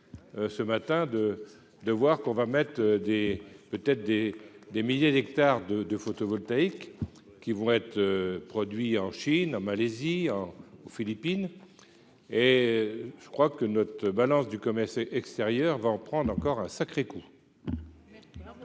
ce matin de de voir qu'on va mettre des peut-être des, des milliers d'hectares de de photovoltaïque qui vont être produits en Chine, en Malaisie, aux Philippines et je crois que notre balance du commerce extérieur va en prendre encore un sacré coup.